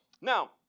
Now